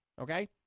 Okay